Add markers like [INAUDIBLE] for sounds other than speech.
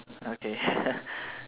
okay [LAUGHS]